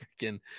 freaking